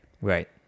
Right